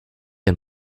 and